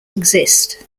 exist